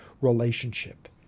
relationship